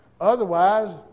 otherwise